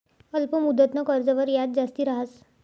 अल्प मुदतनं कर्जवर याज जास्ती रहास